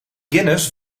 guinness